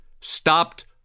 stopped